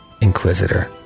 Inquisitor